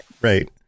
Right